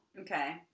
Okay